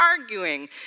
arguing